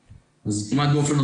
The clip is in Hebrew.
הסבים.